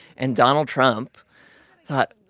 and donald trump thought,